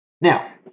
Now